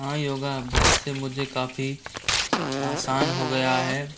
हाँ योगा अभ्यास से मुझे काफ़ी आसान हो गया है